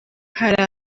hari